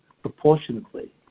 proportionately